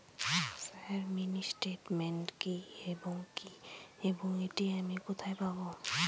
Sir mini statement কি এবং এটি আমি কোথায় পাবো?